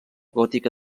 gòtica